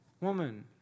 woman